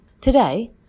today